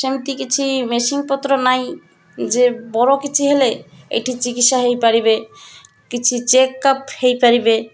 ସେମିତି କିଛି ମେସିନ୍ ପତ୍ର ନାହିଁ ଯେ ବଡ଼ କିଛି ହେଲେ ଏଠି ଚିକିତ୍ସା ହେଇପାରିବେ କିଛି ଚେକ୍ ଅପ୍ ହେଇପାରିବେ